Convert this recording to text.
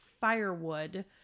Firewood